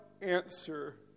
answer